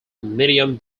medium